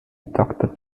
doctor